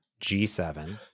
G7